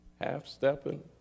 Half-stepping